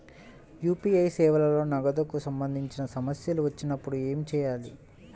UPI సేవలలో నగదుకు సంబంధించిన సమస్యలు వచ్చినప్పుడు ఏమి చేయాలి?